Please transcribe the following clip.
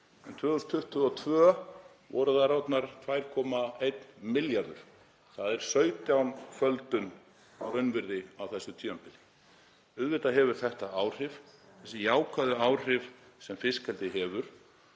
en 2022 voru þær orðnar 2,1 milljarður. Það er sautjánföldun á raunvirði á þessu tímabili. Auðvitað hefur þetta áhrif, þessi jákvæðu áhrif sem fiskeldi hefur,